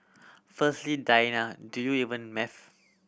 firstly Diana do you even maths